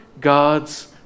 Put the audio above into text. God's